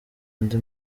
ndi